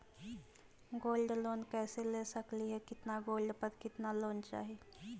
Gold loan कैसे ले सकली हे, कितना गोल्ड पर कितना लोन चाही?